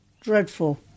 dreadful